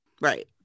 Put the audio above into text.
Right